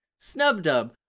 SnubDub